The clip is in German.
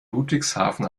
ludwigshafen